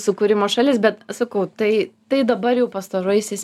sukūrimo šalis bet sakau tai tai dabar jau pastaraisiais